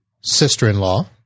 sister-in-law